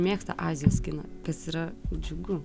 mėgsta azijos kiną kas yra džiugu